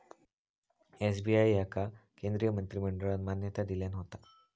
SBI याका केंद्रीय मंत्रिमंडळान मान्यता दिल्यान होता